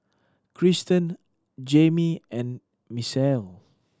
Kristen Jaimie and Misael